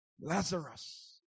Lazarus